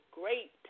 great